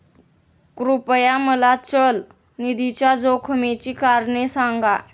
कृपया मला चल निधीच्या जोखमीची कारणे सांगा